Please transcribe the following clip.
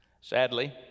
Sadly